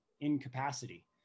incapacity